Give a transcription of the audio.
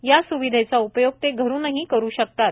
या स्विधेचा उपयोग ते घरूनही करू शकतात